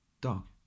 dog